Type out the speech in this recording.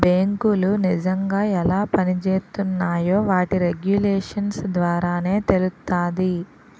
బేంకులు నిజంగా ఎలా పనిజేత్తున్నాయో వాటి రెగ్యులేషన్స్ ద్వారానే తెలుత్తాది